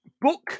book